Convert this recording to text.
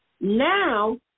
now